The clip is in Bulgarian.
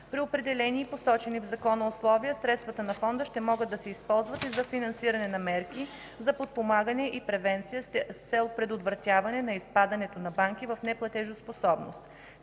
При определени и посочени в Закона условия средствата на Фонда ще могат да се използват и за финансиране на мерки за подпомагане и превенция с цел предотвратяване на изпадането на банки в неплатежоспособност.